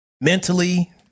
mentally